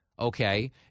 okay